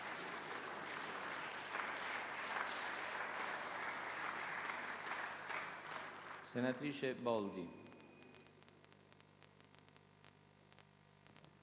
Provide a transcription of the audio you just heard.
senatrice Boldi